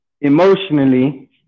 emotionally